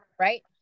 right